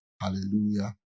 Hallelujah